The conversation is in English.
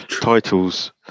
Titles